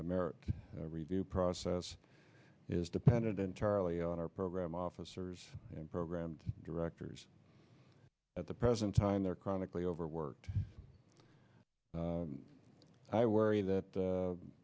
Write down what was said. american review process is depended entirely on our program officers and program directors at the present time they are chronically overworked i worry that